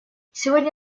сегодня